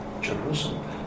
Jerusalem